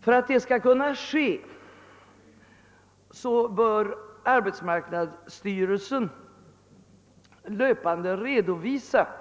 För att det skall kunna ske bör arbetsmarknadsstyrelsen löpande redovisa — detta